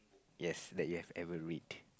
yes that you have ever read